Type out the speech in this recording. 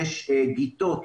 יש גיתות,